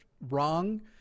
wrong